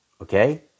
okay